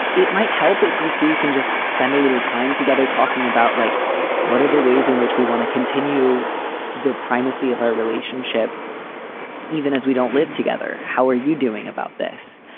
it might help if you two can just spend a little time together talking about like what are the ways in which we want to continue the primacy of our relationship even as we don't live together. how are you doing about this?